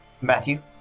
Matthew